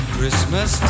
Christmas